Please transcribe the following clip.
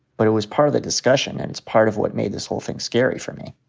but it was part of the discussion. and it's part of what made this whole thing scary for me.